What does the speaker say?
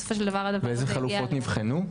ואילו חלופות נבחנו?